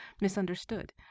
misunderstood